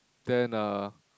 then uh